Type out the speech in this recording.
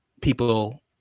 people